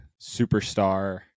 superstar